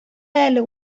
әле